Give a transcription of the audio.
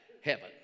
heaven